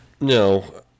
No